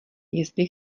jestli